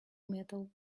metal